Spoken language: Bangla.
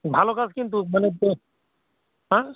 ভালো কাজ কিন্তু মানে পে হ্যাঁ